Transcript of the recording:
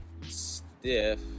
stiff